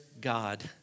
God